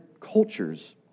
cultures